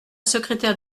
secrétaire